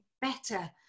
better